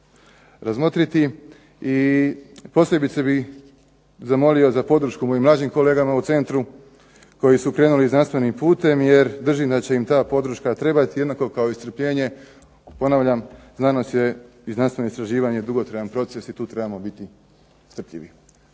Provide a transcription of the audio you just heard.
razmotriti i posebice bih zamolio za podršku mojim mlađim kolegama u centru koji su krenuli znanstvenim putem jer držim da će im ta podrška trebati jednako kao i strpljenje, ponavljam, znanost je i znanstveno istraživanje, dugotrajan proces i tu trebamo biti strpljivi.